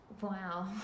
Wow